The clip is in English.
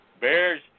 bears